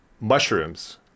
mushrooms